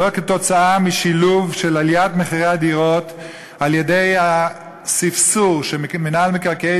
וזאת עקב שילוב של עליית מחירי הדירות על-ידי הספסור שמינהל מקרקעי